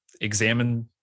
examine